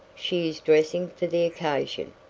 she is dressing for the occasion.